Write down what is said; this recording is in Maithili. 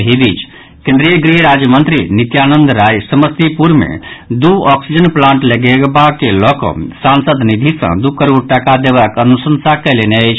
एहि बीच केन्द्रीय गृह राज्य मंत्री नित्यानंद राय समस्तीपुर मे दू ऑक्सीजन प्लांट लगेबा के लऽ कऽ सांसद नीधि सँ दू करोड़ टाका देबाक अनुशंसा कयलनि अछि